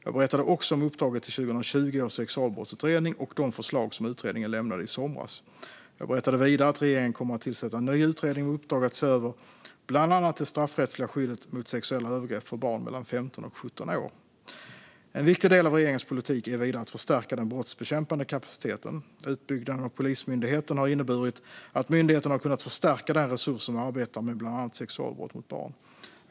Jag berättade också om uppdraget till 2020 års sexualbrottsutredning och de förslag som utredningen lämnade i somras. Jag berättade vidare att regeringen kommer att tillsätta en ny utredning med uppdrag att se över bland annat det straffrättsliga skyddet mot sexuella övergrepp för barn mellan 15 och 17 år. En viktig del av regeringens politik är vidare att förstärka den brottsbekämpande kapaciteten. Utbyggnaden av Polismyndigheten har inneburit att myndigheten har kunnat förstärka den resurs som arbetar med bland annat sexualbrott mot barn.